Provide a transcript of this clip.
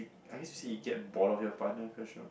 I used to see it get bored of your partner quite sure